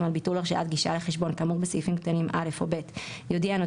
על ביטול הרשאת גישה לחשבון כאמור בסעיפים קטנים (א) או (ב),